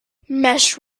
mesh